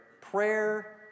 prayer